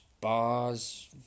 bars